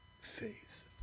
faith